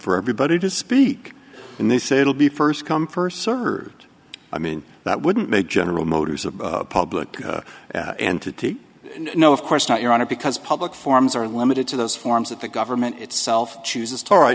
for everybody to speak and they say it'll be first come first served i mean that wouldn't make general motors a public entity no of course not your honor because public forms are limited to those forms that the government itself chooses to right